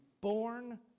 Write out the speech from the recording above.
born